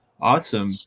Awesome